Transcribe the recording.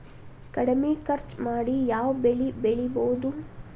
ಕಡಮಿ ಖರ್ಚ ಮಾಡಿ ಯಾವ್ ಬೆಳಿ ಬೆಳಿಬೋದ್?